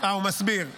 הוא מסביר.